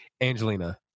Angelina